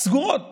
סגורות